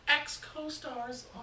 ex-co-stars